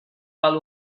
val